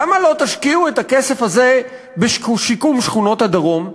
למה לא תשקיעו את הכסף הזה בשיקום שכונות הדרום?